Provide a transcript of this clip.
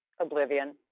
Oblivion